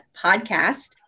podcast